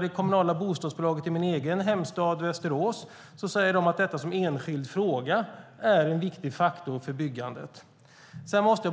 Det kommunala bostadsbolaget i min egen hemstad, Västerås, säger att detta som enskild fråga är en viktig faktor för byggandet.